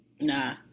nah